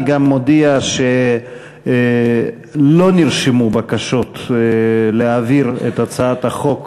אני גם מודיע שלא נרשמו בקשות להעביר את הצעת חוק